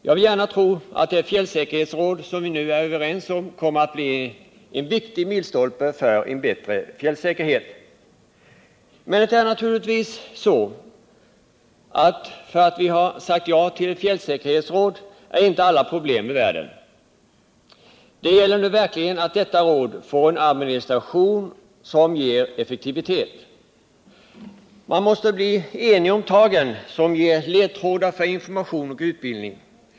Jag vill gärna tro att det fjällsäkerhetsråd som vi nu är överens om kommer att bli en viktig milstolpe för en bättre fjällsäkerhet. Men det är naturligtvis så att bara därför att vi har sagt ja till ett fjällsäkerhetsråd är ju inte alla problem ur världen. Det gäller nu verkligen att detta råd får en administration som ger effektivitet. Man måste bli enig om tagen som ger ledtrådar för information och utbildning.